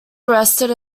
arrested